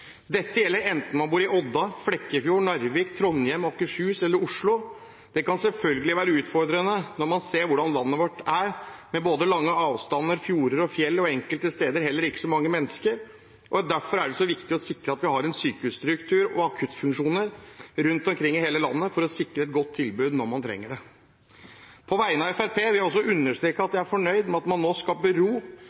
Dette gjelder enten man bor i Odda, Flekkefjord, Narvik, Trondheim, Akershus eller Oslo. Det kan selvfølgelig være utfordrende når man ser hvordan landet vårt er, med både lange avstander, fjorder og fjell og enkelte steder heller ikke så mange mennesker. Derfor er det så viktig å sikre at vi har en sykehusstruktur og akuttfunksjoner rundt omkring i hele landet som gir et godt tilbud når man trenger det. På vegne av Fremskrittspartiet vil jeg også understreke at jeg er fornøyd med at man nå